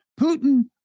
Putin